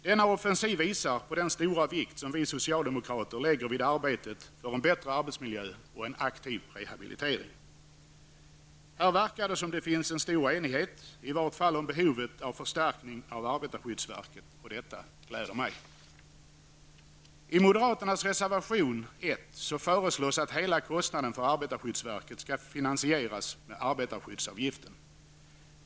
Denna offensiv visar på den stora vikt som vi socialdemokrater lägger vid arbetet för en bättre arbetsmiljö och för en aktiv rehabilitering. Här verkar det som om det finns en stor enighet i vart fall om behovet av förstärkning av arbetarskyddsverket, och detta gläder mig. I moderaternas reservation 1 föreslås att hela kostnaden för arbetarskyddsverket skall finansieras med arbetarskyddsavgiften.